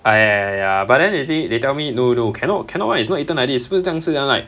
ah ya ya ya ya but then they say they tell me no no cannot cannot [one] it's not eaten like this 不是这样吃 then I'm like